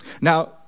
Now